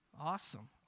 Awesome